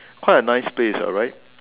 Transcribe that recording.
quite a nice place alright